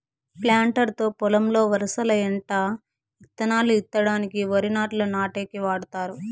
planter తో పొలంలో వరసల ఎంట ఇత్తనాలు ఇత్తడానికి, వరి నాట్లు నాటేకి వాడతారు